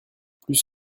plus